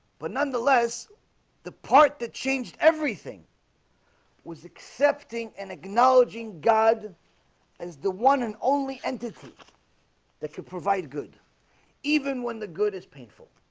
but nonetheless the part that changed everything was accepting and acknowledging god as the one and only entity that could provide good even when the good is painful